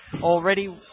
already